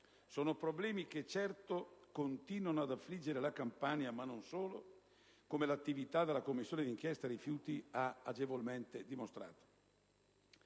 Sono problemi che, certo, continuano ad affliggere la Campania, ma non soltanto essa, come l'attività della Commissione d'inchiesta sui rifiuti ha agevolmente dimostrato.